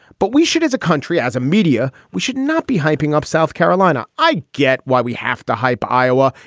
but we should as a country, as a media, we should not be hyping up south carolina. i get why we have to hype iowa.